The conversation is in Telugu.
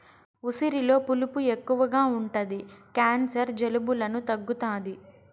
ఉసిరిలో పులుపు ఎక్కువ ఉంటది క్యాన్సర్, జలుబులను తగ్గుతాది